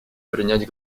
принять